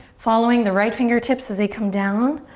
following the right fingertips as they come down,